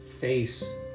face